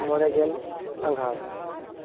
ᱢᱚᱬᱮᱜᱮᱞ ᱟᱸᱜᱷᱟᱬ